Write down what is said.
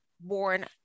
born